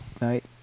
night